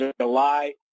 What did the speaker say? July